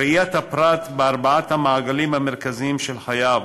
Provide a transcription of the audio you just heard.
ראיית הפרט בארבעת המעגלים המרכזיים של חייו: